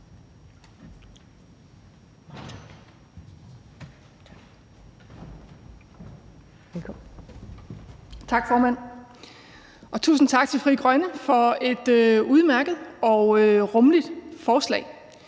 Tak, formand, og tusind tak til Frie Grønne for et udmærket og rummeligt forslag,